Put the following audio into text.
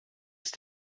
ist